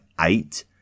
eight